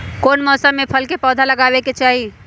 कौन मौसम में फल के पौधा लगाबे के चाहि?